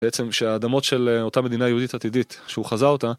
בעצם שהאדמות של אותה מדינה יהודית עתידית, שהוא חזה אותה